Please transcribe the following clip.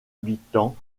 habitants